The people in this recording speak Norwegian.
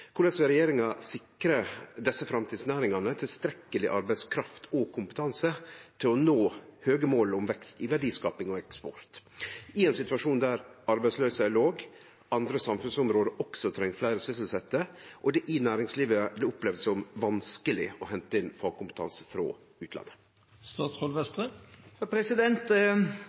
Korleis vil regjeringa sikre desse framtidsnæringane tilstrekkeleg arbeidskraft og kompetanse til å nå måla om vekst i verdiskaping og eksport, i ein situasjon der arbeidsløysa er låg, andre samfunnsområde også treng fleire sysselsette og det i næringslivet blir opplevd som vanskeleg å hente inn fagkompetanse frå